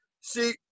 see